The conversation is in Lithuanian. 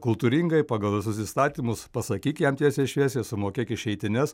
kultūringai pagal visus įstatymus pasakyk jam tiesiai šviesiai sumokėk išeitines